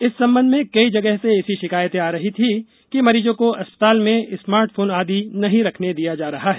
इस संबंध में कई जगह से ऐसी शिकायतें आ रही थी कि मरीजों को अस्पताल में स्मार्ट फोन आदि नहीं रखने दिया जा रहा है